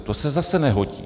To se zase nehodí.